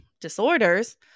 disorders